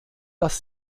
dass